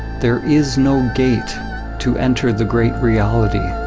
there is no gate to enter the great reality,